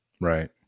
Right